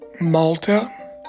Malta